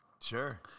Sure